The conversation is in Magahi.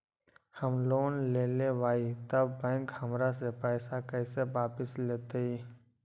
हम लोन लेलेबाई तब बैंक हमरा से पैसा कइसे वापिस लेतई?